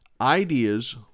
Ideas